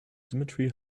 dmitry